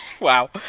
Wow